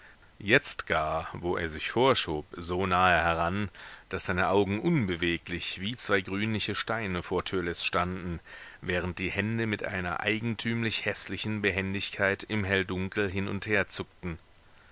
jetzt gar wo er sich vorschob so nahe heran daß seine augen unbeweglich wie zwei grünliche steine vor törleß standen während die hände mit einer eigentümlich häßlichen behendigkeit im helldunkel hin und her zuckten